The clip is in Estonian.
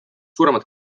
suuremad